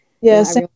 yes